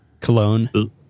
Cologne